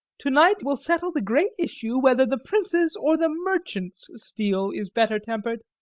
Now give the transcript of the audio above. to-night will settle the great issue whether the prince's or the merchant's steel is better tempered.